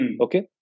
Okay